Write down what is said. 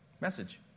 message